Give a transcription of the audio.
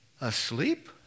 Asleep